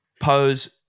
pose